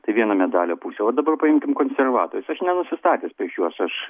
tai viena medalio pusė o dabar paimkim konservatorius aš nenusistatęs prieš juos aš